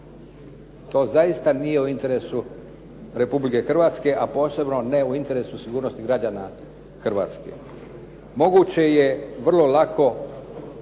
to zaista nije u interesu Republike Hrvatske a posebno ne u interesu sigurnosti građana Hrvatske. Moguće je vrlo lako